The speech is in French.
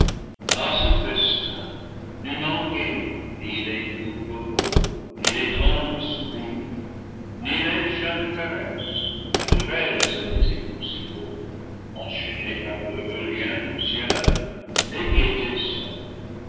ce festin ne manquaient ni les doux propos ni les tendres sourires ni les jeunes caresses naturelles à des époux si beaux enchaînés par l'heureux lien nuptial et qui étaient seuls